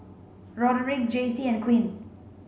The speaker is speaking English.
Roderick Jaycee and Quinn